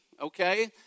okay